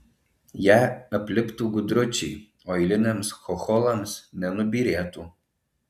ją apliptų gudručiai o eiliniams chocholams nenubyrėtų